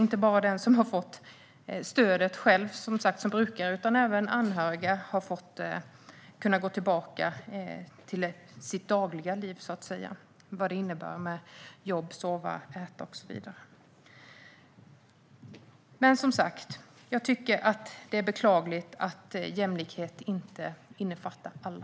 Det gäller inte bara den som själv har fått stödet som brukare utan även anhöriga har kunnat gå tillbaka till sitt dagliga liv och vad det innebär med jobb och att sova, äta och så vidare. Det är beklagligt att jämlikhet inte innefattar alla.